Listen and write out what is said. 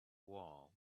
wall